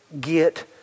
get